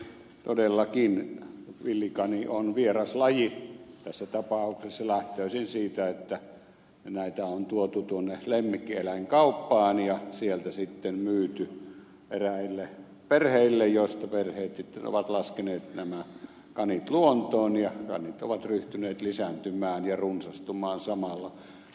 todellakin villikani on vieras laji tässä tapauksessa lähtöisin siitä että niitä on tuotu tuonne lemmikkieläinkauppaan ja sieltä sitten myyty eräille perheille ja perheet sitten ovat laskeneet nämä kanit luontoon ja kanit ovat ryhtyneet lisääntymään ja runsastumaan samalla